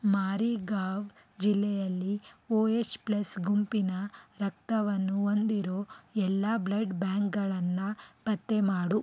ಮಾರಿಘಾವ್ ಜಿಲ್ಲೆಯಲ್ಲಿ O H plus ಗುಂಪಿನ ರಕ್ತವನ್ನು ಹೊಂದಿರೊ ಎಲ್ಲಾ ಬ್ಲಡ್ ಬ್ಯಾಂಕ್ಗಳನ್ನು ಪತ್ತೆ ಮಾಡು